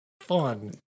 Fun